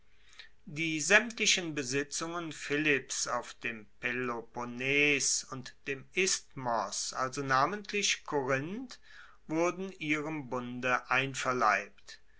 die saemtlichen besitzungen philipps auf dem peloponnes und dem isthmos also namentlich korinth wurden ihrem bunde einverleibt